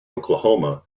oklahoma